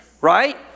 Right